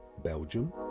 Belgium